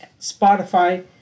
Spotify